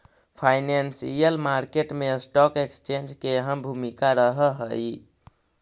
financial market मैं stock exchange के अहम भूमिका रहऽ हइ